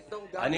ידידי,